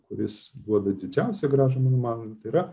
kuris duoda didžiausią grąžą mano manymu tai yra